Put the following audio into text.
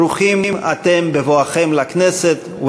ברוכים אתם בבואכם לכנסת.